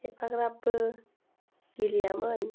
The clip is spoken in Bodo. एफाग्राबबो गेलेयामोन